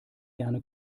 gerne